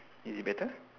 is it better